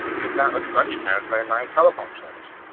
not everybody has landline telephone service,